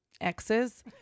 exes